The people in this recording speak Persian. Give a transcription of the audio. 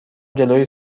جلوی